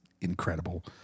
incredible